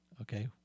Okay